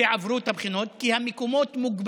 שעברו את הבחינות, כי המקומות של